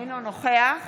אינו נוכח